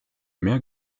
mehr